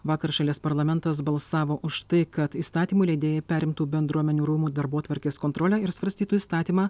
vakar šalies parlamentas balsavo už tai kad įstatymų leidėjai perimtų bendruomenių rūmų darbotvarkės kontrolę ir svarstytų įstatymą